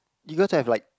you gotta to have like